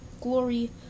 Glory